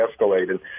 escalated